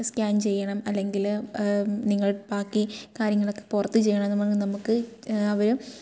scan ചെയ്യണം അല്ലെങ്കിൽ നിങ്ങൾ ബാക്കി കാര്യങ്ങളൊക്കെ പുറത്ത് ചെയ്യണം എന്ന് പറഞ്ഞ് നമുക്ക് അവർ